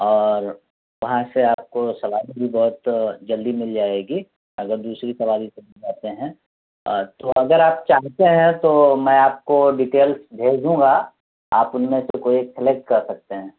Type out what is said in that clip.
اور وہاں سے آپ کو سواری بھی بہت جلدی مل جائے گی اگر دوسری سواری سے بھی جاتے ہیں تو اگر آپ چاہتے ہیں تو میں آپ کو ڈیٹیلس بھیجوں گا آپ ان میں سے کوئی ایک سیلیکٹ کر سکتے ہیں